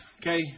Okay